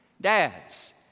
Dads